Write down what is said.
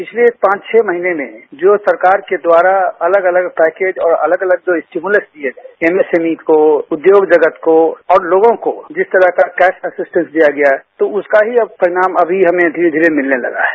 इसलिए पांच छह महीने में जो सरकार के द्वारा अलग अलग पैकेज और अलग अलग जो इस्टयूमिलिश दिए हैं एमएसएमई को उद्योग जगत को और लोगों को जिस तरह का कैश असिसटेंस दिया गया है तो उसका ही परिणाम अमी हमें धीरे धीरे मिलने लगा है